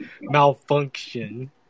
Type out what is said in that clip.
malfunction